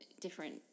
different